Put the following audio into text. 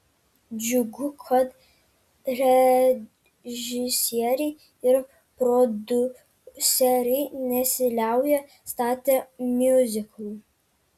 džiugu kad režisieriai ir prodiuseriai nesiliauja statę miuziklų